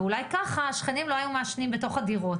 ואולי ככה השכנים לא היו מעשנים בתוך הדירות.